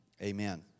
Amen